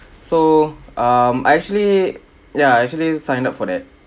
so um I actually ya actually sign up for that